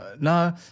No